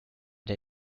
der